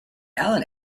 allen